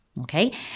Okay